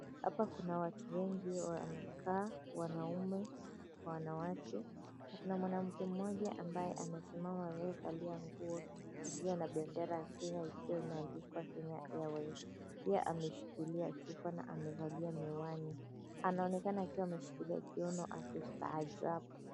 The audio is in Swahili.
Hapa kuna watu wengi wamekaa wanaume, wanawake, kuna mwanamke mmoja ambaye amesimama aliyevalia nguo akiwa na bendera ya Kenya iliyoandikwa Kenya Airways pia ameshikilia chupa na amevaa miwani anaonekana ameshikilia kiuno na anastaajabu.